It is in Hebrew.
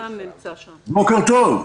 בוקר טוב.